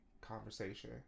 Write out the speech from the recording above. conversation